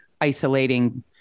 isolating